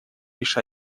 лишь